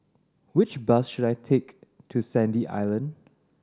which bus should I take to Sandy Island